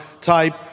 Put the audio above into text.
type